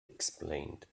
explained